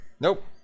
Nope